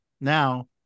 now